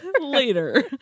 later